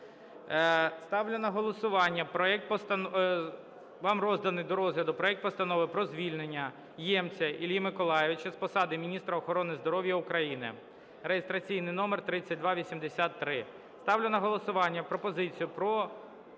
до розгляду проект Постанови про звільнення Ємця Іллі Миколайовича з посади Міністра охорони здоров'я України (реєстраційний номер 3283). Ставлю на голосування пропозицію про